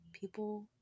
people